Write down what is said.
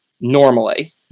normally